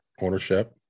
ownership